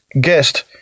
guest